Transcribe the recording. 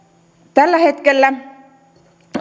tällä hetkellä